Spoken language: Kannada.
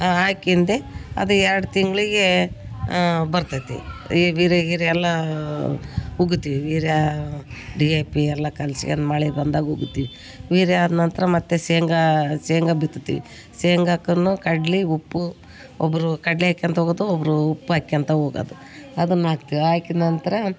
ಹಾಕಿಂದೆ ಅದು ಎರಡು ತಿಂಗಳಿಗೆ ಬರ್ತತಿ ಈ ವೀರ್ಯ ಗೀರ್ಯಾ ಎಲ್ಲ ಉಗ್ತೀವಿ ವೀರ್ಯ ಡಿ ಎ ಪಿ ಎಲ್ಲ ಕಲಿಸ್ಕ್ಯಂಡು ಮಳೆ ಬಂದಾಗ ಉಗ್ತಿವಿ ವೀರ್ಯ ಆದ ನಂತರ ಮತ್ತು ಶೇಂಗಾ ಶೇಂಗಾ ಬಿತತ್ತೀವಿ ಶೇಂಗಾಕನ್ನು ಕಡ್ಲೆ ಉಪ್ಪು ಒಬ್ಬರು ಕಡ್ಲೆ ಹಾಕ್ಯಂತ್ ಹೋಗತು ಒಬ್ಬರು ಉಪ್ಪು ಹಾಕ್ಯಂತ್ ಹೋಗದು ಅದನ್ನು ಹಾಕ್ತಿವ್ ಹಾಕಿದ್ ನಂತರ